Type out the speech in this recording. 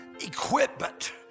equipment